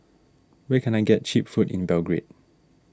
where can I get Cheap Food in Belgrade